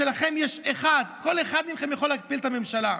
שכל אחד מכם יכול להפיל את הממשלה,